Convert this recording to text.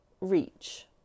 reach